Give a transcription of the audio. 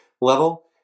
level